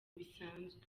bisanzwe